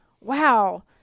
Wow